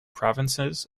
provinces